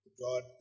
God